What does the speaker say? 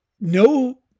no